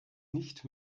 nicht